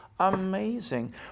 amazing